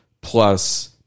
plus